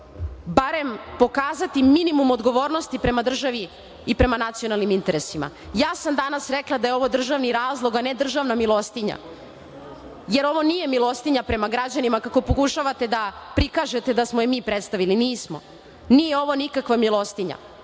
barem pokazati minimum odgovornosti prema državi i prema nacionalnim interesima. Ja sam danas rekla da je ovo državni razlog, a ne državna milostinja, jer ovo nije milostinja prema građanima, kako pokušavate da prikažete da smo je mi predstavili. Nismo. Nije ovo nikakva milostinja.